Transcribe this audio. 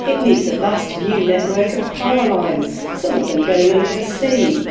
it needs a vast new network of power lines, some of them going under the sea.